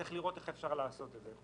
צריך לראות איך אפשר לעשות את זה.